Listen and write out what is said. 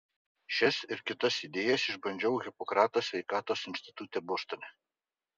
šias ir kitas idėjas išbandžiau hipokrato sveikatos institute bostone